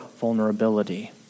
vulnerability